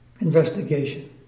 investigation